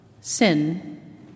sin